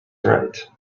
right